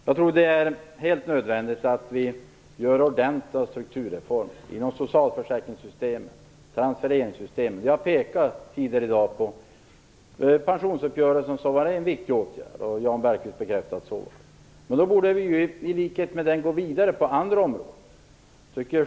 Jag tror att det är helt nödvändigt att genomföra ordentliga strukturreformer inom socialförsäkrings och transfereringssystemen. Jag har tidigare i dag pekat på pensionsuppgörelsen, som var en viktig åtgärd, något som också har bekräftats av Jan Bergqvist. Men man borde gå vidare på andra områden.